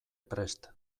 prest